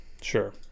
Sure